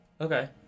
Okay